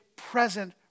present